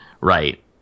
right